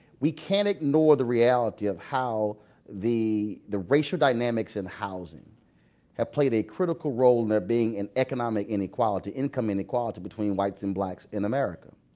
we can't ignore the reality of how the the racial dynamics in housing have played a critical role in there being economic economic inequality, income inequality between whites and blacks in america.